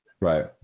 right